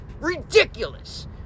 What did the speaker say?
ridiculous